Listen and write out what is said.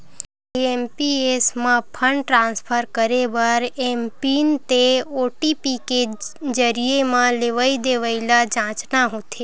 IMPS म fund transfer करे बर एमपिन ते ओ.टी.पी के जरिए म लेवइ देवइ ल जांचना होथे